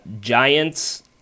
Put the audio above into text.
Giants